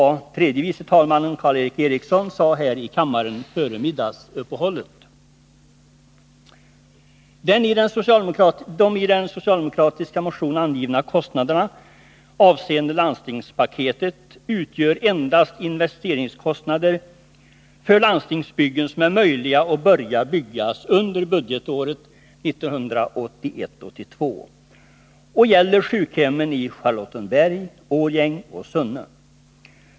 De i den socialdemokratiska motionen angivna kostnaderna avseende landstingspaketet utgör endast investeringskostnader för landstingsbyggen som det är möjligt att börja bygga under budgetåret 1981/82. Det gäller sjukhemmen i Charlottenberg, Årjäng och Sunne.